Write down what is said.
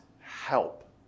help